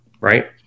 right